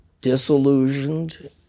disillusioned